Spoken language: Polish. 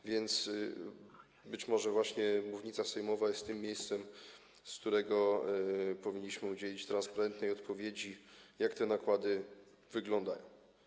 A więc być może właśnie mównica sejmowa jest tym miejscem, z którego powinniśmy udzielić transparentnej odpowiedzi na pytanie, jak te nakłady wyglądają.